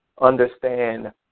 understand